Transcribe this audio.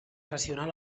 racional